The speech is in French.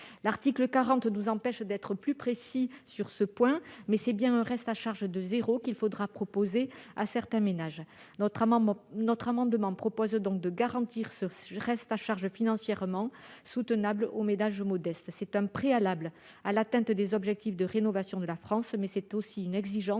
Constitution nous empêche d'être plus précis sur ce point, mais c'est bien un reste à charge équivalent à zéro qu'il faudra proposer à certains ménages. Notre amendement vise donc à garantir un reste à charge financièrement soutenable aux ménages modestes. C'est un préalable pour atteindre les objectifs de rénovation de la France, mais c'est aussi une exigence